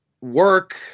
work